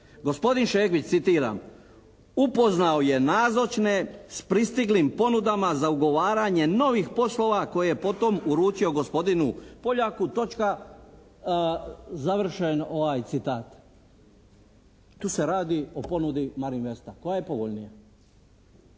"Gospodin Šegvić", citiram, "… upoznao je nazočne s pristiglim ponudama za ugovaranje novih poslove koje je potom uručio gospodinu Poljaku, točka.", završen citat. Tu se radi o ponudi "Marinvesta" koja je povoljnija.